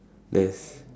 there's